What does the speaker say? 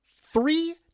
three